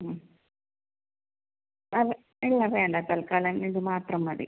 മ് അത് ഇല്ല വേണ്ട തൽക്കാലം ഇത് മാത്രം മതി